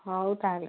ହଉ ତାହେଲେ